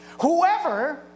Whoever